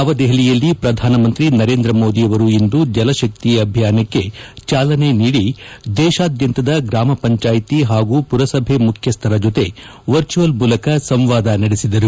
ನವದೆಹಲಿಯಲ್ಲಿ ಪ್ರಧಾನಮಂತ್ರಿ ನರೇಂದ್ರ ಮೋದಿ ಅವರು ಇಂದು ಜಲಶಕ್ತಿ ಅಭಿಯಾನಕ್ಕೆ ಚಾಲನೆ ನೀಡಿ ದೇಶಾದ್ಯಂತದ ಗ್ರಾಮ ಪಂಚಾಯಿತಿ ಹಾಗೂ ಪುರಸಭೆ ಮುಖ್ಯಸ್ವರ ಜತೆ ವರ್ಚುವಲ್ ಮೂಲಕ ಸಂವಾದ ನಡೆಸಿದರು